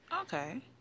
okay